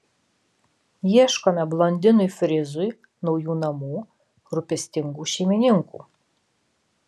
ieškome blondinui frizui naujų namų rūpestingų šeimininkų